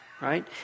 right